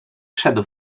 szedł